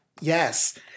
Yes